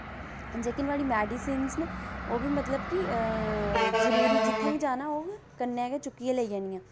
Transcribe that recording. जेह्की नुआढ़ी मैडिसनस न ओह्बी मतलव कि जरूरी जित्थै बी जाना होग कन्नै गै चुक्कियै लेई जानियां